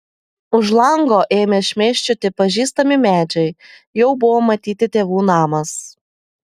už lango ėmė šmėsčioti pažįstami medžiai jau buvo matyti tėvų namas